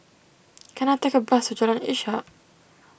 can I take a bus to Jalan Ishak